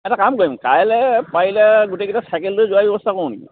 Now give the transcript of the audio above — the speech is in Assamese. এটা কাম কৰিম কাইলৈ পাৰিলে গোটেইকেইটা চাইকেল লৈ যোৱাৰে ব্যৱস্থা কৰোঁ নেকি